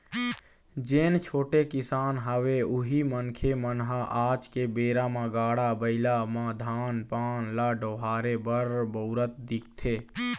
जेन छोटे किसान हवय उही मनखे मन ह आज के बेरा म गाड़ा बइला म धान पान ल डोहारे बर बउरत दिखथे